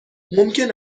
ممکن